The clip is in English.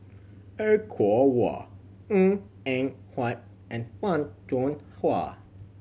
Er Kwong Wah Ng Eng Huat and Fan Hua